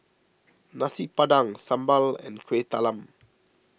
Nasi Padang Sambal and Kuih Talam